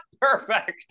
perfect